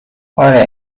آره